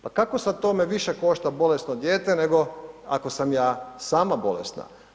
Pa kako sad to me više košta bolesno dijete nego sam ja sama bolesna?